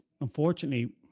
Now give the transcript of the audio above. unfortunately